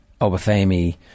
Obafemi